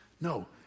No